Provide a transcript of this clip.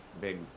big